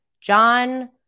John